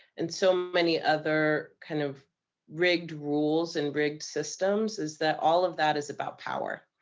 and so many other kind of rigged rules and rigged systems is that all of that is about power.